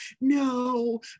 no